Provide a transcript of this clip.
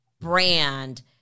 brand